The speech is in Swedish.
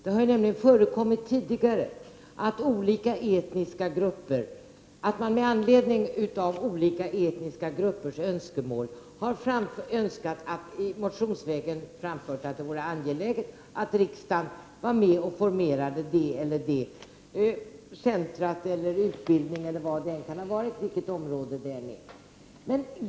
Det har nämligen tidigare förekommit att man med anledning av olika etniska gruppers önskemål har motionsvägen framfört att det vore angeläget att riksdagen varit med och formerat det ena eller det andra centret och vad det nu kan ha varit fråga om.